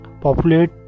populate